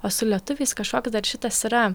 o su lietuviais kažkoks dar šitas yra